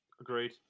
agreed